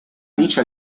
vice